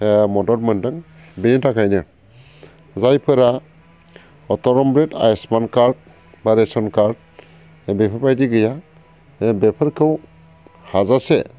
मदद मोन्दों बेनि थाखायनो जायफोरा अटल अम्रिट आयुसमान कार्द बा रेसन कार्द बेफोरबायदि गैया बेफोरखौ हाजासे